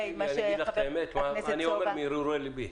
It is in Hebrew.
אני אומר מהרהורי לבי,